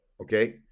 Okay